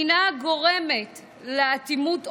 השנאה גורמת לאטימות אוזניים,